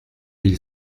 mille